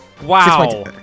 Wow